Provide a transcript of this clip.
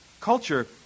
Culture